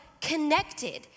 connected